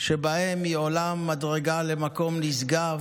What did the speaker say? שבהם היא עולה מדרגה למקום נשגב,